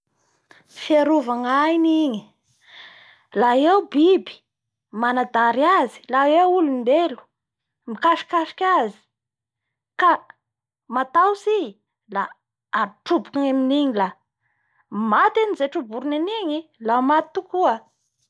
Fierova gnainy igny a eo biby manadary azy, a eo ny olombelo mikasokasiky azy ka mataotsy i la, atrobokony amin'nigny la maty anizay troborony an'igny a maty tokoa a.